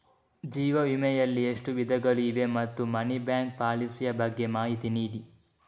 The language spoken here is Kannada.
ಜೀವ ವಿಮೆ ಯಲ್ಲಿ ಎಷ್ಟು ವಿಧಗಳು ಇವೆ ಮತ್ತು ಮನಿ ಬ್ಯಾಕ್ ಪಾಲಿಸಿ ಯ ಬಗ್ಗೆ ಮಾಹಿತಿ ನೀಡಿ?